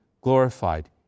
glorified